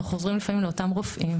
ולפעמים אנחנו חוזרים לאותם רופאים.